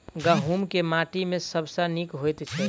गहूम केँ माटि मे सबसँ नीक होइत छै?